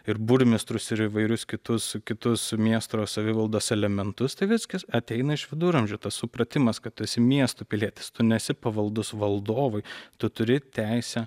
ir burmistrus ir įvairius kitus kitus su miesto savivaldos elementus tai viskas ateina iš viduramžių tas supratimas kad tu esi miesto pilietis tu nesi pavaldus valdovui tu turi teisę